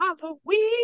Halloween